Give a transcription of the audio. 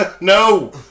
No